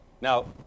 Now